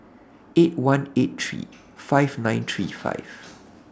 eight one eight three five nine three five